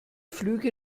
flüge